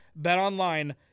BetOnline